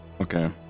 Okay